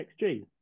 XG